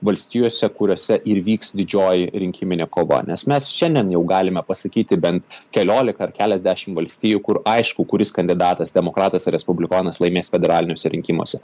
valstijose kuriose ir vyks didžioji rinkiminė kova nes mes šiandien jau galime pasakyti bent keliolika ar keliasdešimt valstijų kur aišku kuris kandidatas demokratas ar respublikonas laimės federaliniuose rinkimuose